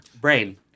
Brain